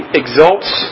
exalts